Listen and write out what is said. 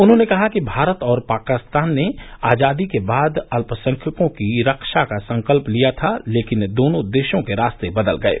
उन्होंने कहा कि भारत और पाकिस्तान ने आजादों के बाद अल्पसंख्यकों की रक्षा का संकल्प लिया था लेकिन दोनों देशों के रास्ते बदल गये